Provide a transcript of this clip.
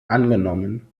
angenommen